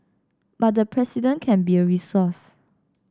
but the President can be a resource